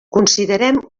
considerem